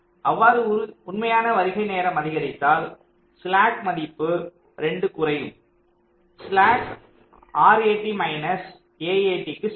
அவ்வாறு உண்மையான வருகை நேரம் அதிகரித்தால் ஸ்லாக் மதிப்பு 2 குறையும் ஸ்லாக் RAT மைனஸ் AAT க்கு சமம்